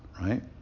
right